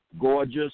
Gorgeous